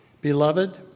Beloved